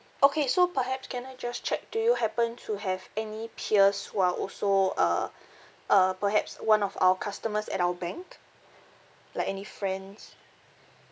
okay so perhaps can I just check do you happen to have any peers who are also uh uh perhaps one of our customers at our bank like any friends